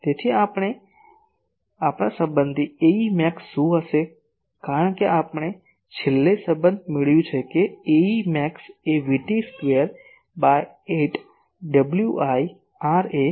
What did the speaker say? તેથી તે આપણા સંબંધથી Ae max શું હશે કારણ કે અમને છેલ્લે આ સંબંધ મળ્યું છે કે Ae મેક્સ એ VT square by 8 Wi RA plus RL છે